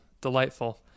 delightful